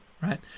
right